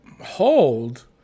hold